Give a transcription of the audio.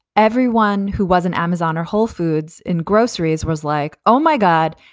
everyone who was an amazon or whole foods in groceries was like, oh, my god.